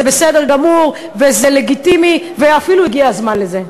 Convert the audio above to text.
זה בסדר גמור, זה לגיטימי, ואפילו הגיע הזמן לזה.